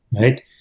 right